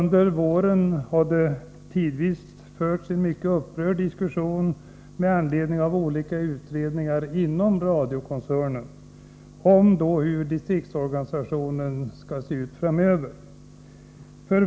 Under våren har det tidvis förts en mycket upprörd diskussion med anledning av olika utredningar inom radiokoncernen om hur distriktsorganisationen skall se ut framöver.